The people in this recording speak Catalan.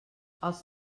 els